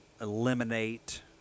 eliminate